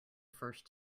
first